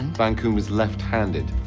van coon was left-handed.